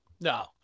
No